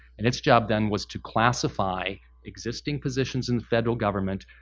and it's job, then, was to classify existing positions in the federal government,